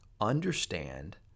understand